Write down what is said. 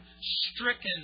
stricken